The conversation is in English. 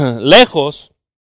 lejos